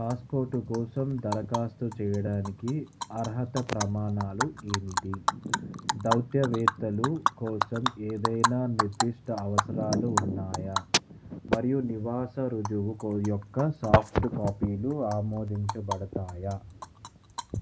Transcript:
passport కోసం దరఖాస్తు చేయడానికి అర్హత ప్రమాణాలు ఏమిటి దౌత్యవేత్తలు కోసం ఏదైనా నిర్దిష్ట అవసరాలు ఉన్నాయా మరియు నివాస రుజువు యొక్క సాఫ్ట్ కాపీలు ఆమోదించబడతాయా